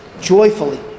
joyfully